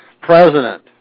president